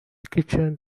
kitchen